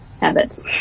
habits